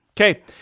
okay